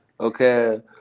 Okay